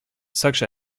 such